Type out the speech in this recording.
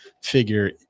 figure